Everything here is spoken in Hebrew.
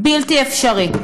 בלתי אפשרי.